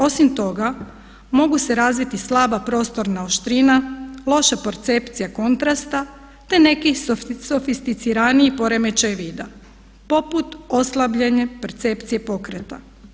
Osim toga mogu se razviti slaba prostorna oštrina, loša percepcija kontrasta te neki sofisticiraniji poremećaji vida poput oslabljene percepcije pokreta.